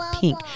Pink